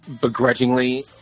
begrudgingly